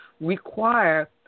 require